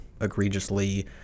egregiously